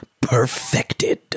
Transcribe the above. perfected